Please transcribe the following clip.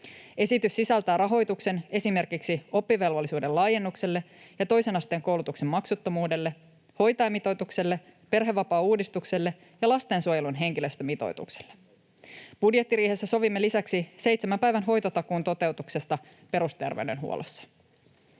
Esitys sisältää rahoituksen esimerkiksi oppivelvollisuuden laajennukselle ja toisen asteen koulutuksen maksuttomuudelle, hoitajamitoitukselle, perhevapaauudistukselle ja lastensuojelun henkilöstömitoitukselle. Budjettiriihessä sovimme lisäksi seitsemän päivän hoitotakuun toteutuksesta perusterveydenhuollossa.